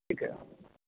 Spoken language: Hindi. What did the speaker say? ठीक है